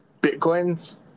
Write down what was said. bitcoins